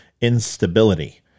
instability